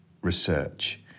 research